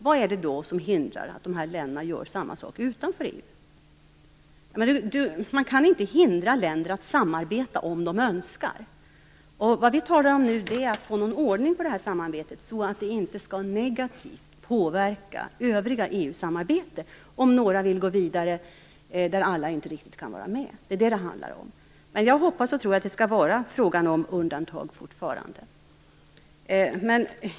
Vad är det då som hindrar att dessa länder gör samma sak utanför EU:s ramar? Man kan inte hindra länder att samarbeta om de så önskar. Vi talar nu om att få någon ordning på samarbetet så att det inte negativt skall påverka det övriga EU-samarbetet, om några vill gå vidare där alla inte kan vara med. Det är detta det hela handlar om. Jag hoppas och tror att det fortfarande är fråga om undantag.